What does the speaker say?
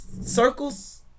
circles